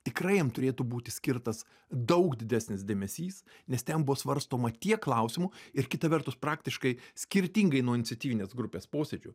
tikrai jam turėtų būti skirtas daug didesnis dėmesys nes ten buvo svarstoma tiek klausimų ir kita vertus praktiškai skirtingai nuo iniciatyvinės grupės posėdžių